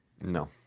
no